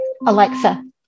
Alexa